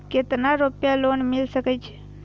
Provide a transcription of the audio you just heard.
केतना रूपया लोन मिल सके छै?